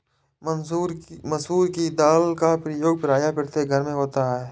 मसूर की दाल का प्रयोग प्रायः प्रत्येक घर में होता है